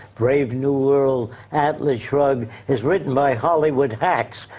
brave new world, atlas shrugged is written by hollywood hacks,